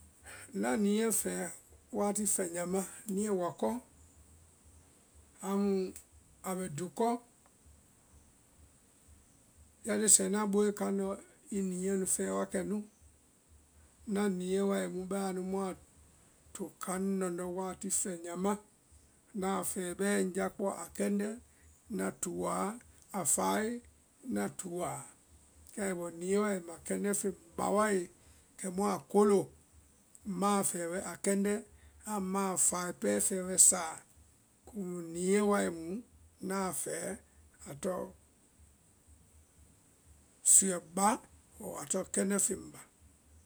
Ŋna niiɛ fɛɛ wati fɛnyama niɛ wakɔ amu a bɛ dukɔ, ya tie sɛɛ na booe kaŋdɔ i niɛ nu fɛ wakɛ nu, ŋna niɛ wai mu bɛa nu muã to kaŋ lɔndɔ wati fɛnyama, ŋna a fɛɛ bɛɛ ŋ jakpɔ a a kɛndɛ, ŋna tuu aa a fae ŋna tuu aa, kɛ ai bɔ niɛ wae ma kɛndɛ feŋ ba wae kɛmu a kolo ŋma a fɛ wɛ a kɛndɛ amu ŋma a fae pɛɛ fɛ wɛ saɔ, komu siɛ wae mu ŋna a fɛ a tɔ suɛ bah ɔɔ a tɔŋ kɛndɛ feŋ bah.